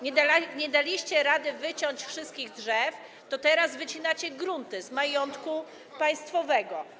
Nie daliście rady wyciąć wszystkich drzew, to teraz wycinacie grunty z majątku państwowego.